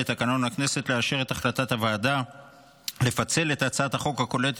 לתקנון הכנסת לאשר את החלטת הוועדה לפצל את הצעת החוק הכוללת